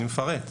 אני מפרט.